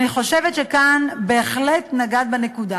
אני חושבת שכאן בהחלט נגעת בנקודה.